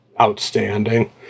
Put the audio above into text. outstanding